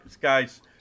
Guys